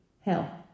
hell